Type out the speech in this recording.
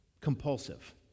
compulsive